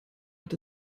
hat